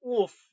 Oof